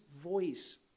voice